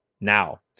Now